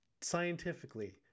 scientifically